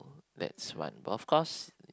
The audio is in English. that's one but of course